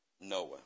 Noah